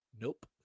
Nope